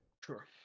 sure